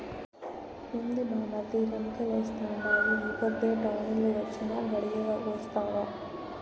ఏంది బామ్మర్ది రంకెలేత్తండావు ఈ పొద్దే టౌనెల్లి వొచ్చినా, గడియాగొస్తావా